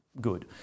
Good